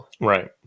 Right